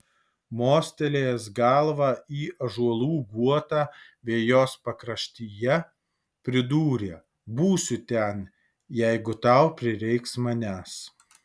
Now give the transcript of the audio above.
mostelėjęs galva į ąžuolų guotą vejos pakraštyje pridūrė būsiu ten jeigu tau prireiks manęs